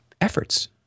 efforts